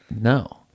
no